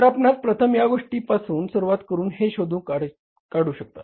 तर आपणास प्रथम या गोष्टी पासून सुरुवात करून हे शोधू शकता